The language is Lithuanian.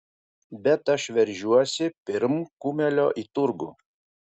bet aš veržiuosi pirm kumelio į turgų